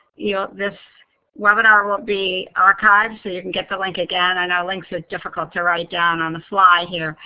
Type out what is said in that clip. you know this webinar will be archived so you can get the link again. i know links are difficult to write down on the fly here,